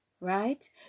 right